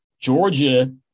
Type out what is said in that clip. Georgia